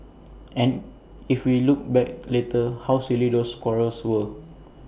and if we look back later how silly those quarrels were